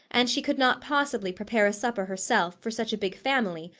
and she could not possibly prepare a supper herself, for such a big family,